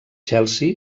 chelsea